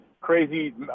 crazy